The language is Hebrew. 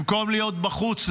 במקום להיות בחוץ,